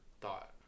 thought